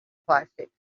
plastics